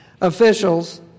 officials